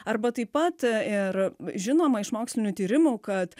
arba taip pat ir žinoma iš mokslinių tyrimų kad